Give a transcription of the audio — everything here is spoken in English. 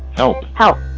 help! help!